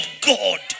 God